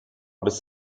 bis